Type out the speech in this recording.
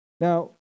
now